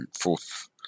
fourth